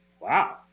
wow